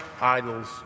idols